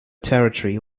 territory